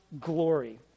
glory